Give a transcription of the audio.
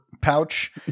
pouch